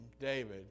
David